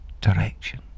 direction